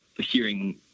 hearing